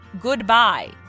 Goodbye